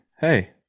Hey